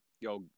yo